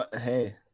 Hey